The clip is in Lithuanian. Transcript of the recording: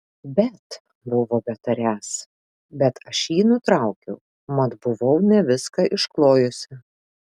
bet buvo betariąs bet aš jį nutraukiau mat buvau ne viską išklojusi